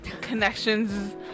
Connections